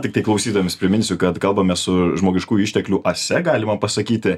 tiktai klausytojams priminsiu kad kalbame su žmogiškųjų išteklių ase galima pasakyti